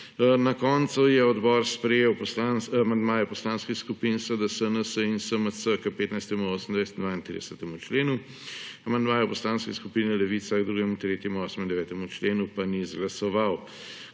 Na koncu je odbor sprejel amandmaje poslanskih skupin SDS, NSi in SMC k 15., 28. in 32. členu, amandmajev Poslanske skupine Levica k 2., 3., 8. in 9. členu pa ni izglasoval.